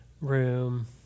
room